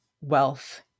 wealth